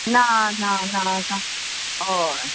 ना ना ना आसा हय